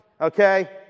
okay